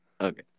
Okay